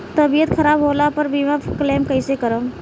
तबियत खराब होला पर बीमा क्लेम कैसे करम?